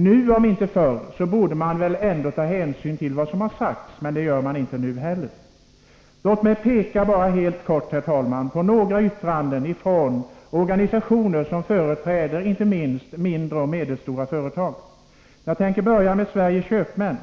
Nu om inte förr borde man väl ta hänsyn till vad som har sagts, men det gör man inte nu heller. Låt mig, herr talman, helt kort återge några yttranden från organisationer som företräder inte minst mindre och medelstora företag. Jag börjar med Sveriges köpmän.